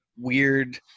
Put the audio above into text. weird